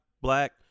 black